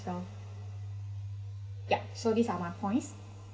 as well yup so these are my points